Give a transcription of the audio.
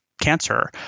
cancer